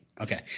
Okay